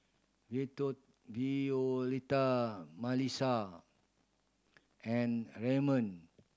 Violetta Melissa and Redmond